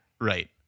Right